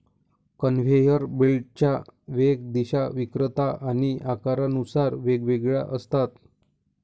conveyor बेल्टच्या वेग, दिशा, वक्रता आणि आकारानुसार वेगवेगळ्या असतात